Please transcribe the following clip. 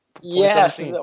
Yes